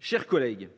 Chers collègues.